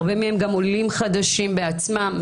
הרבה מהם עולים חדשים בעצמם,